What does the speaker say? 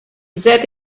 set